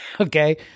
okay